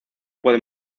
puede